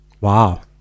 Wow